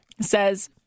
says